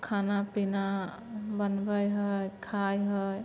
खाना पीना बनबै है खाइ है